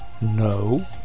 no